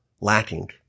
lacking